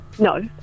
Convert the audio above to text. No